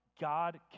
God